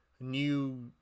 new